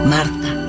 Marta